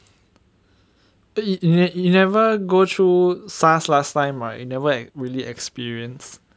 then you never go through SARS last time right I never really experience